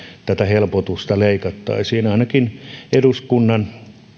tätä helpotusta leikattaisiin ainakin eduskunnan